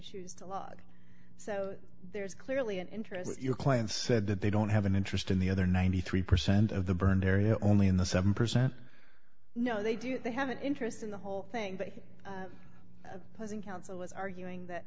choose to log so there's clearly an interest your client said that they don't have an interest in the other ninety three percent of the burned area only in the seven percent know they do they have an interest in the whole thing but posing counsel was arguing that